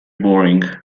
boring